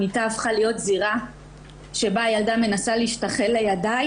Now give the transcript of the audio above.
המיטה הפכה להיות זירה שבה הילדה מנסה להשתחל לידיי